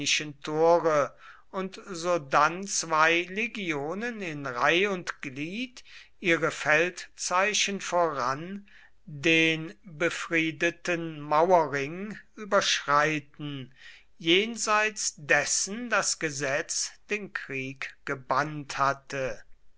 tore und sodann zwei legionen in reih und glied ihre feldzeichen voran den befriedeten mauerring überschreiten jenseits dessen das gesetz den krieg gebannt hatte